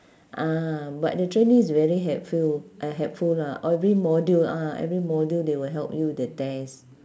ah but the training is very helpful uh helpful lah every module ah every module they will help you with the test